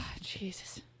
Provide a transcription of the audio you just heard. Jesus